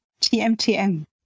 TMTM